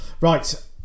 right